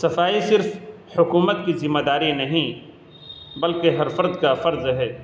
صفائی صرف حکومت کی ذمہ داری نہیں بلکہ ہر فرد کا فرض ہے